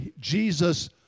Jesus